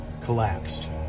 collapsed